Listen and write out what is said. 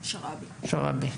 שלום.